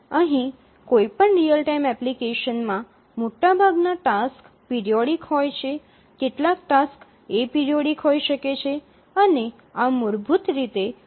અહીં કોઈપણ real time એપ્લિકેશનમાં મોટાભાગનાં ટાસક્સ પિરિયોડિક હોય છે કેટલાક ટાસક્સ એપરિઓઇડિક હોઈ શકે છે અને આ મૂળભૂત રીતે સોફ્ટ રીઅલ ટાઇમ ટાસક્સ હોય છે